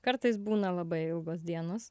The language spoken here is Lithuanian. kartais būna labai ilgos dienos